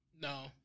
No